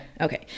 Okay